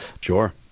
Sure